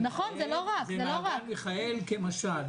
זה מעגן מיכאל כמשל.